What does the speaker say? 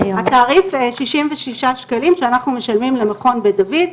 התעריף שישים ושישה שקלים שאנחנו משלמים למכון בית דוד.